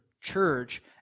church